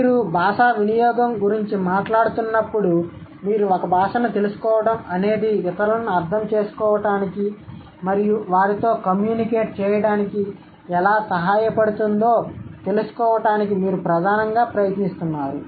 మీరు భాషా వినియోగం గురించి మాట్లాడుతున్నప్పుడు మీరు ఒక భాషను తెలుసుకోవడం అనేది ఇతరులను అర్థం చేసుకోవడానికి మరియు వారితో కమ్యూనికేట్ చేయడానికి ఎలా సహాయపడుతుందో తెలుసుకోవడానికి మీరు ప్రధానంగా ప్రయత్నిస్తున్నారు